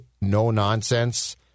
no-nonsense